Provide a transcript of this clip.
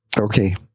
Okay